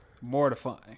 Mortifying